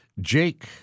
Jake